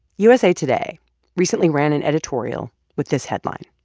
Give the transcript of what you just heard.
usa today recently ran an editorial with this headline,